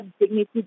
dignity